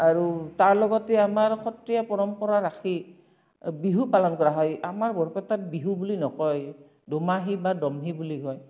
আৰু তাৰ লগতে আমাৰ সত্ৰীয়া পৰম্পৰা ৰাখি বিহু পালন কৰা হয় আমাৰ বৰপেটাত বিহু বুলি নকয় দোমাহী বা দমহি বুলি কয়